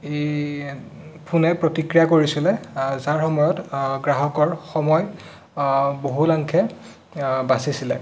এই ফোনে প্ৰতিক্ৰিয়া কৰিছিলে যাৰ সময়ত গ্ৰাহকৰ সময় বহুলাংশে বাচিছিলে